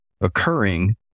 occurring